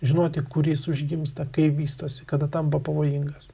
žinoti kur jis užgimsta kaip vystosi kada tampa pavojingas